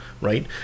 Right